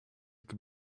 could